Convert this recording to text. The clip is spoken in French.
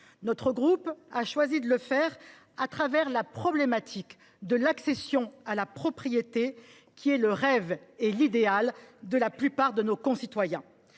Français. Il a choisi de le faire à travers la problématique de l’accession à la propriété, qui est le rêve et l’idéal de la plupart de nos concitoyens.